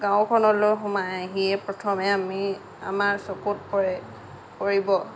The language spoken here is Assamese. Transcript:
গাঁওখনলৈ সোমাই আহিয়েই প্ৰথমে আমি আমাৰ চকুত পৰে পৰিব